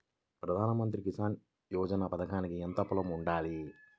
ప్రధాన మంత్రి కిసాన్ యోజన పథకానికి ఎంత పొలం ఉండాలి?